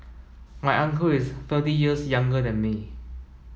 my uncle is thirty years younger than me